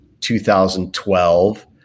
2012